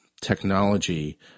technology